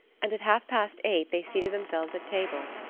and at half-past eight they seated themselves at table,